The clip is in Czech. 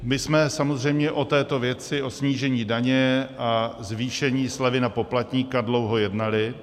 My jsme samozřejmě o této věci, o snížení daně a zvýšení slevy na poplatníka, dlouho jednali.